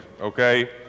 okay